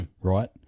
right